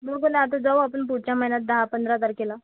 बघू ना आता जाऊ आपण पुढच्या महिन्यात दहा पंधरा तारखेला